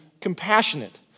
Compassionate